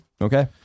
Okay